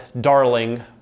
darling